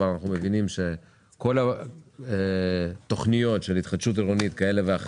כל תוכניות ההתחדשות העירונית הן